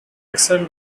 exiled